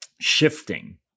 shifting